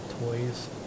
toys